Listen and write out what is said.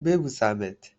ببوسمت